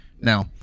Now